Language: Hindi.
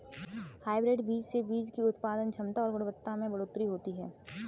हायब्रिड बीज से बीज की उत्पादन क्षमता और गुणवत्ता में बढ़ोतरी होती है